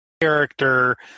character –